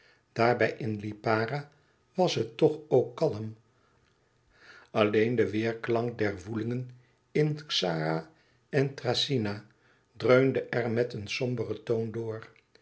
daarbij in lipara wàs het toch ook kalm alleen de weêrklank der woelingen in xara en thracyna dreunde er met een somberen toon door